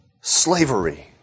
slavery